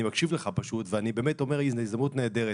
אני מקשיב לך ואני אומר שזו הזדמנות נהדרת,